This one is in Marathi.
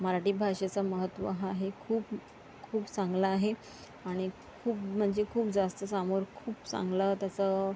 मराठी भाषेचं महत्त्व हा हे खूप खूप चांगलं आहे आणि खूप म्हणजे खूप जास्त समोर खूप चांगलं त्याचं